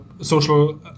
social